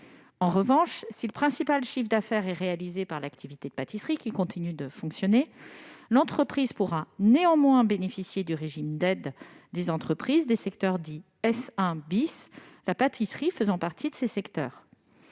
En revanche, si le principal chiffre d'affaires est réalisé par l'activité de pâtisserie, qui continue de fonctionner, l'entreprise pourra néanmoins bénéficier du régime d'aide des entreprises des secteurs dits S1 dont la pâtisserie fait partie, conformément